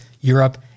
Europe